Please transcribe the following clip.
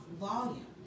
volume